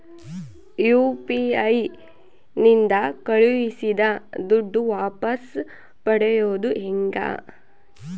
UPI ನಿಂದ ಕಳುಹಿಸಿದ ದುಡ್ಡು ವಾಪಸ್ ಪಡೆಯೋದು ಹೆಂಗ?